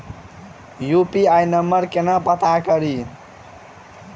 UPI number केना पत्ता कड़ी?